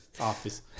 Office